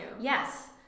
yes